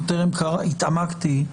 טרם התעמקתי,